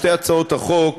שתי הצעות החוק